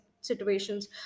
situations